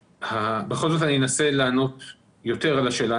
בכל זאת אני אנסה לענות יותר על השאלה.